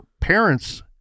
parents